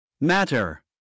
matter